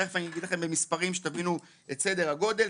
תכף אגיד לכם במספרים שתבינו את סדר הגודל,